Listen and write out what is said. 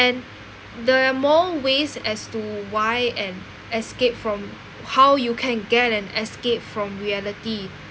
and there are more ways as to why an escape from how you can get an escape from reality